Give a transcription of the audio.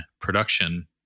production